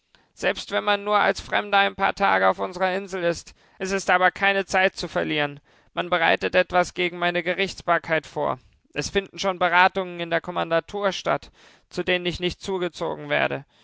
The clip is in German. selbst wenn man nur als fremder ein paar tage auf unserer insel ist es ist aber keine zeit zu verlieren man bereitet etwas gegen meine gerichtsbarkeit vor es finden schon beratungen in der kommandantur statt zu denen ich nicht zugezogen werde